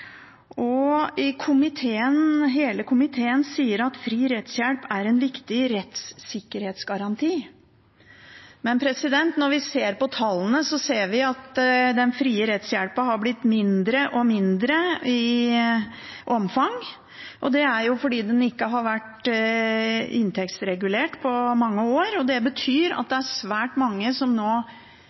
rettferdig. Hele komiteen sier at fri rettshjelp er en viktig rettssikkerhetsgaranti. Men når vi ser på tallene, ser vi at den frie rettshjelpen har blitt mindre og mindre i omfang, og det er fordi den ikke har vært inntektsregulert på mange år. Det betyr at det er svært mange som nå